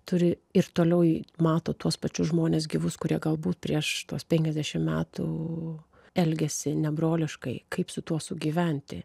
turi ir toliau mato tuos pačius žmones gyvus kurie galbūt prieš tuos penkiasdešimt metų elgiasi nebroliškai kaip su tuo sugyventi